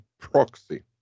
proxy